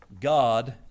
God